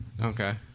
Okay